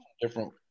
different